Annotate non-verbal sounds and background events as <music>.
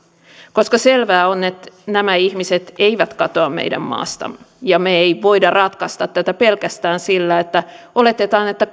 koska selvää on että nämä ihmiset eivät katoa meidän maastamme ja me emme voi ratkaista tätä pelkästään sillä että oletetaan että <unintelligible>